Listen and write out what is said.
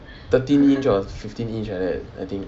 thirteen inch or fifteen inch like that